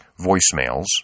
voicemails